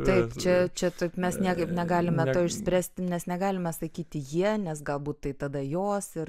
taip čia čia taip mes niekaip negalime to išspręsti nes negalime sakyti jie nes tai gal tada jos ir